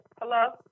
Hello